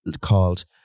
called